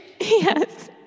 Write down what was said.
yes